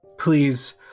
Please